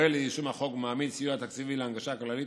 פועל ליישום החוק ומעמיד סיוע תקציבי להנגשה כללית